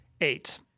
eight